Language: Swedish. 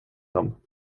dem